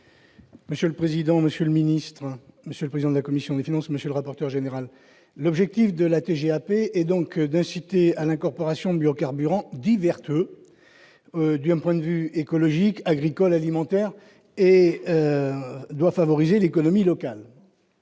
Monsieur le président, Monsieur le ministre, monsieur le président de la commission des finances, monsieur le rapporteur général, l'objectif de la TGAP est donc d'inciter à l'incorporation de biocarburants dits vertueux d'un point de vue écologique agricole, alimentaire et doit favoriser l'économie locale.